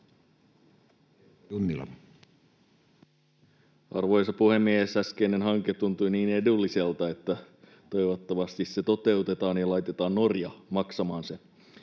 Arvoisa puhemies! Äskeinen hanke tuntui niin edulliselta, että toivottavasti se toteutetaan ja laitetaan Norja maksamaan se.